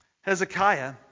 Hezekiah